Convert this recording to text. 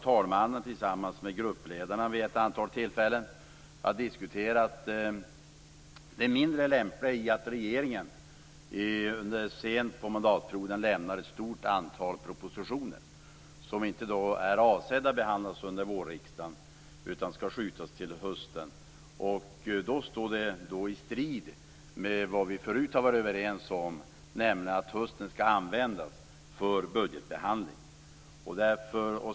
Talmannen har tillsammans med gruppledarna vid ett antal tillfällen diskuterat det mindre lämpliga i att regeringen sent under mandatperioden avlämnar ett stort antal propositioner som inte är avsedda att behandlas under vårriksdagen, utan den behandlingen skall skjutas till hösten. Detta står i strid med vad vi förut har varit överens om, nämligen att hösten skall användas till budgetbehandling.